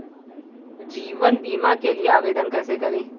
जीवन बीमा के लिए आवेदन कैसे करें?